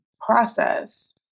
process